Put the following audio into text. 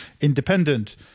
independent